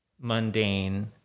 mundane